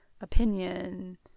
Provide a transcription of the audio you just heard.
opinion